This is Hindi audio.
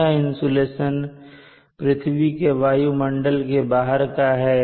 यह इंसुलेशन पृथ्वी के वायुमंडल के बाहर का है